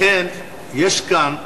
יש כאן צורך,